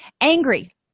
Angry